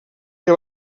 que